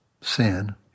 sin